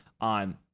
on